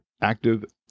Active